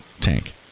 tank